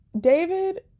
David